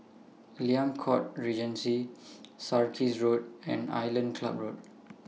Liang Court Regency Sarkies Road and Island Club Road